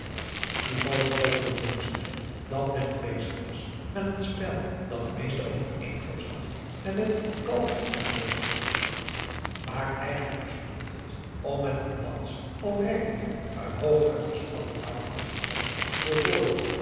toevallig trof hier blommesteyn dat men er bezig was met een spel dat de meeste overeenkomst had met het kalkneppelen maar eigenlijk bestond het om met eene lans al rijdende een hoog aan een gespannen touw hangende ton